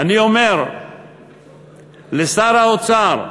אני אומר לשר האוצר: